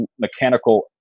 mechanical